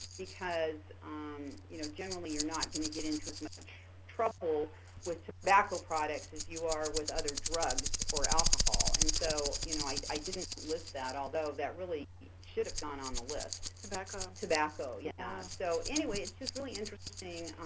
you know generally, you're not gonna get into as much trouble with tobacco products as you are with other drugs or alcohol and so you know i i didn't list that although that really should have gone on the list. tobacco. tobacco, yeah, so anyway it's just really interesting